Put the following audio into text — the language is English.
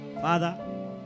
Father